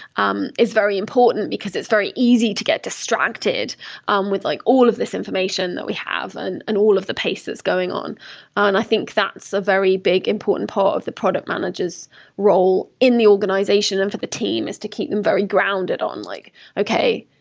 um is very important, because it's very easy to get distracted um with like all of these information that we have and and all of the paces going on on i think that's a very big important part of the product manager s role in the organization and for the team is to keep them very grounded on, like okay.